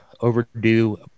overdue